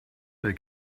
they